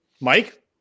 Mike